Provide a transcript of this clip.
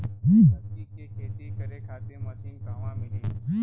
सब्जी के खेती करे खातिर मशीन कहवा मिली?